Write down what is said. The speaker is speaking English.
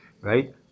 right